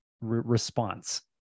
response